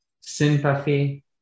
sympathy